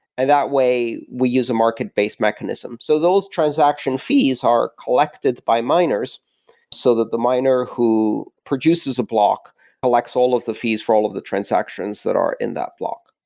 and that way, we use a market-based mechanism. so those transaction fees are collected by miners so that the miner who produces a block collects all of the fees for all of the transactions that are in that block.